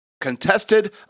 Contested